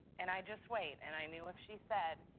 and i just wait. and i knew if she said,